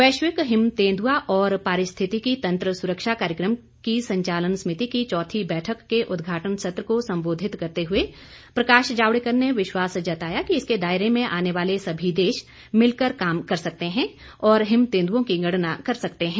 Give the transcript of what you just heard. वैश्विक हिम तेंदुआ और पारिस्थितिकी तंत्र सुरक्षा कार्यक्रम की संचालन समिति की चौथी बैठक के उद्घाटन सत्र को संबोधित करते हुए प्रकाश जावड़ेकर ने विश्वास जताया कि इसके दायरे में आने वाले सभी देश मिलकर काम कर सकते हैं और हिम तेंदुओं की गणना कर सकते हैं